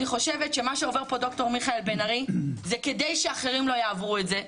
אני חושבת שמה שעובר פה ד"ר מיכאל בן ארי זה כדי שאחרים לא יעבו את זה.